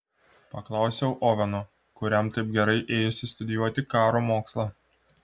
paklausiau oveno kuriam taip gerai ėjosi studijuoti karo mokslą